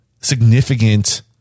significant